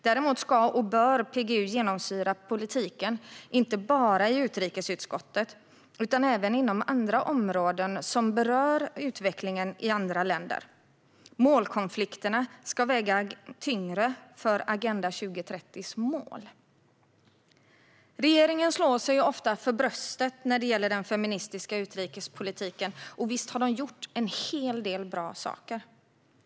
Däremot ska och bör PGU genomsyra politiken inte bara i utrikesutskottet utan även inom andra områden som berör utvecklingen i andra länder. Målkonflikterna ska väga tyngre när det gäller Agenda 2030:s mål. Regeringen slår sig ofta för bröstet när det gäller den feministiska utrikespolitiken, och visst har de gjort en hel del bra saker.